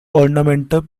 ornamental